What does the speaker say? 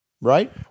Right